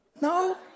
No